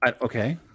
Okay